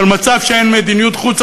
של מצב שאין מדיניות חוץ,